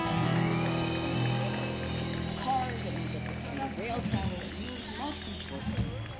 it moves at the speed of cars, it moves at the speed of rail travel, it moves most importantly,